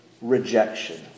rejection